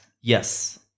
Yes